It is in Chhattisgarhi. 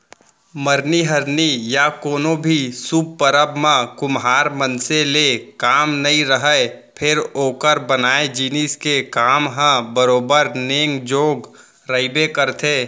मरनी हरनी या कोनो भी सुभ परब म कुम्हार मनसे ले काम नइ रहय फेर ओकर बनाए जिनिस के काम ह बरोबर नेंग जोग रहिबे करथे